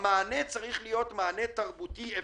והמענה לזה צריך להיות מענה תרבותי אפשרי,